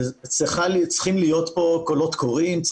צריכים להיות פה קולות קוראים.